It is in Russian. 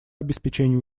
обеспечению